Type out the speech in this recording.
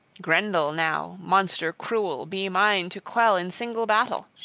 grendel now, monster cruel, be mine to quell in single battle!